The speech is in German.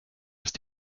ist